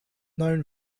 known